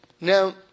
Now